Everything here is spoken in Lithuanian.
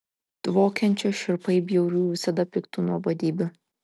dvokiančių šiurpiai bjaurių visada piktų nuobodybių